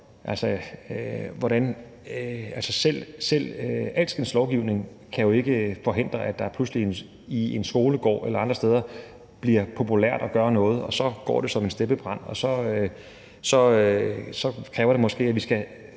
alskens lovgivning kan jo ikke forhindre, at det pludselig i en skolegård eller andre steder bliver populært at gøre noget, og så går det som en steppebrand. Så kræver det måske, at vi skal